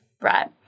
right